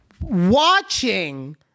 watching